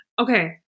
okay